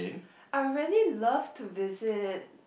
I really love to visit